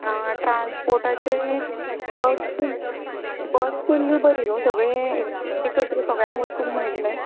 आं ट्रान्सपोर्टाचें बसीन बस केल्ली बरी न्हू सगळे एकत्र सगळ्यांक वचूंक मेळटलें